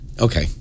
Okay